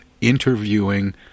interviewing